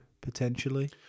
potentially